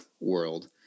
world